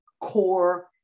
core